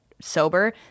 sober